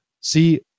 see